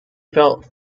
felt